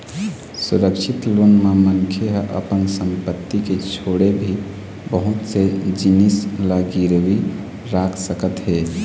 सुरक्छित लोन म मनखे ह अपन संपत्ति के छोड़े भी बहुत से जिनिस ल गिरवी राख सकत हे